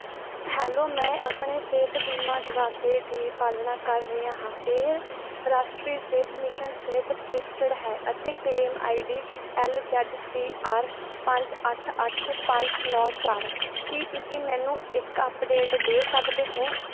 hello ਮੈਂ ਆਪਣੇ ਸਿਹਤ ਬੀਮਾ ਦਾਅਵੇ ਦੀ ਪਾਲਣਾ ਕਰ ਰਿਹਾ ਹਾਂ ਇਹ ਰਾਸ਼ਟਰੀ ਸਿਹਤ ਮਿਸ਼ਨ ਤਹਿਤ ਰਜਿਸਟਰਡ ਹੈ ਅਤੇ claim ID L Z C R ਪੰਜ ਅੱਠ ਅੱਠ ਪੰਜ ਨੌਂ ਚਾਰ ਹੈ ਕੀ ਤੁਸੀਂ ਮੈਨੂੰ ਇੱਕ ਅਪਡੇਟ ਦੇ ਸਕਦੇ ਹੋ